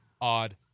Odd